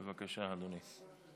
בבקשה, אדוני.